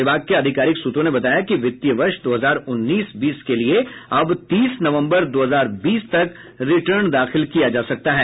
विभाग के आधिकारिक सूत्रों ने बताया कि वित्तीय वर्ष दो हजार उन्नीस बीस के लिये अब तीस नवंबर दो हजार बीस तक रिटर्न दाखिल किया जा सकता है